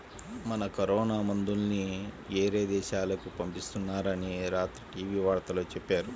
మన కరోనా మందుల్ని యేరే దేశాలకు పంపిత్తున్నారని రాత్రి టీవీ వార్తల్లో చెప్పారు